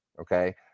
Okay